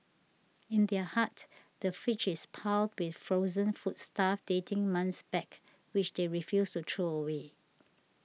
in their hut the fridge is piled with frozen foodstuff dating months back which they refuse to throw away